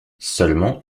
seulement